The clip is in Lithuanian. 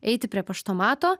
eiti prie paštomato